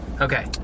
Okay